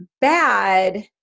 bad